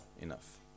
enough